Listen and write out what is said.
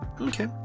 Okay